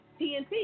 TNT